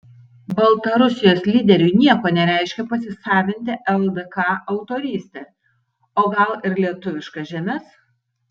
baltarusijos lyderiui nieko nereiškia pasisavinti ldk autorystę o gal ir lietuviškas žemes